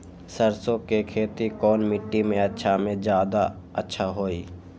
सरसो के खेती कौन मिट्टी मे अच्छा मे जादा अच्छा होइ?